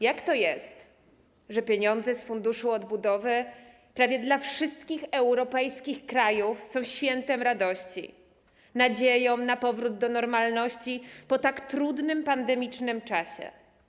Jak to jest, że pieniądze z Funduszu Odbudowy prawie dla wszystkich europejskich krajów oznaczają święto radości, nadzieję na powrót do normalności po tak trudnym pandemicznym czasie?